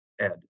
Ed